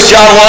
John